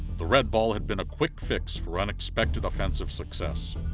the red ball had been a quick fix for unexpected offensive success.